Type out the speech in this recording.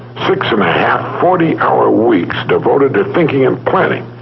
six and a half forty hour weeks devoted to thinking and planning.